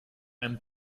einem